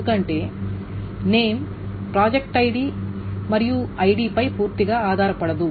ఎందుకంటే name ID project ID పై పూర్తిగా ఆధారపడదు